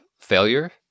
failure